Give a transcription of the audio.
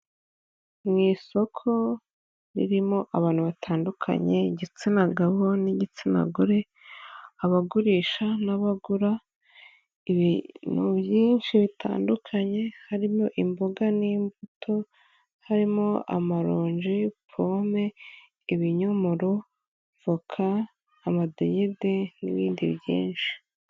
Nu isoko ririmo abantu batandukanye, igitsina gabo n'igitsina gore, abagurisha n'abagura ibintu byinshi bitandukanye, harimo imboga n'imbuto, harimo amaronji, pome, ibinyomoro, voka, amadegede n'ibindi byinshi.